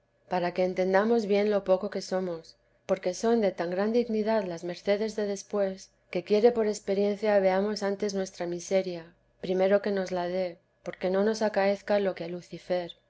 para que entendamos bien lo poco que somos porque son de tan gran dignidad las mercedes de después que quiere por experiencia veamos antes nuestra miseria primero que nos las dé porque no nos acaezca lo que a lucifer